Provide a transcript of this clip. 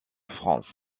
france